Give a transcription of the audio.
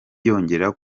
yongera